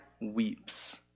weeps